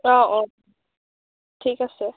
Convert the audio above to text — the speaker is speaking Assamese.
অঁ অঁ ঠিক আছে